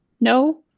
no